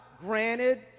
granted